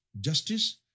justice